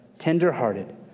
tenderhearted